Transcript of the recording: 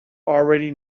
already